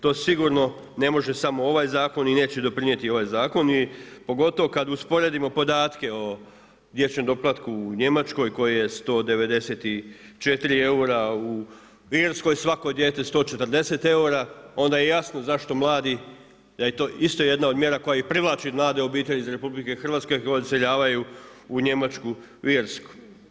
To sigurno ne može samo ovaj zakon i neće doprinijeti ovaj zakon i pogotovo kada usporedimo podatke o dječjem doplatku u Njemačkoj koji je 194 eura, u Irskoj svako dijete 140 eura, onda je jasno zašto mladi da je to isto jedna od mjera koja i privlači mlade obitelji iz RH koji iseljavaju u Njemačku u Irsku.